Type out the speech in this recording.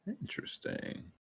Interesting